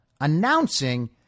announcing